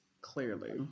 clearly